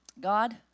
God